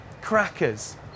Crackers